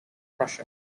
prussia